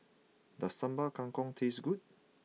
does Sambal Kangkong taste good